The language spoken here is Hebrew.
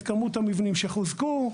את כמות המבנים שחוזקו,